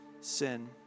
sin